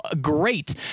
great